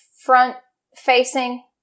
front-facing